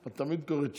את תמיד קוראת שיר.